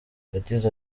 yagize